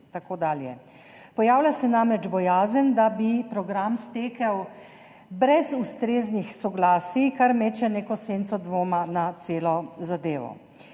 Pojavlja se namreč bojazen, da bi program stekel brez ustreznih soglasij, kar meče neko senco dvoma na celo zadevo.